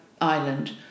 island